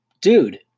Dude